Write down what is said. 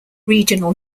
regional